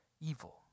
evil